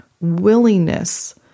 willingness